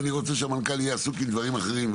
ואני רוצה שהמנכ"ל יהיה עסוק בדברים אחרים,